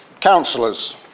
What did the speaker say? Councillors